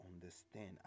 understand